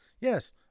Yes